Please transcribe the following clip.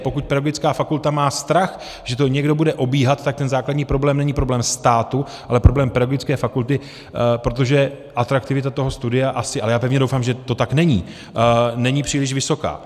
Pokud pedagogická fakulta má strach, že to někdo bude obíhat, tak ten základní problém není problém státu, ale problém pedagogické fakulty, protože atraktivita toho studia asi ale já pevně doufám, že to tak není není příliš vysoká.